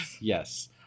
Yes